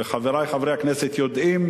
וחברי חברי הכנסת יודעים,